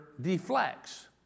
deflects